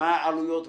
מהעלויות ומהחשבון.